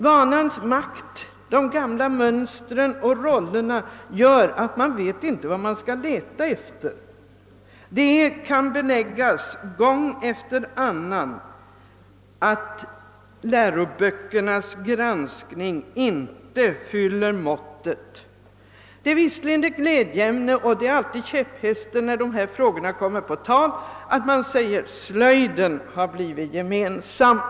Vanans makt, de gamla mönstren och rollerna gör att man inte märker bristerna. Det kan beläggas gång efter annan att granskningen av läroböckerna inte fyller måttet. Ett glädjeämne är naturligtvis — och det blir alltid käpphästen när dessa frågor kommer på tal — att slöjden har blivit gemensam.